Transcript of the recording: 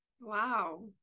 wow